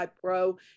Pro